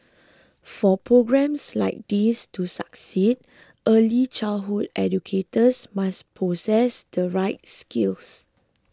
for programmes like these to succeed early childhood educators must possess the right skills